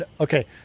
Okay